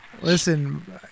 Listen